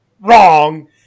wrong